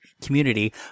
community